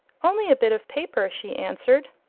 only a bit of paper, she answered.